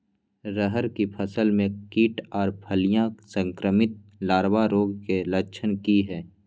रहर की फसल मे कीट आर फलियां संक्रमित लार्वा रोग के लक्षण की हय?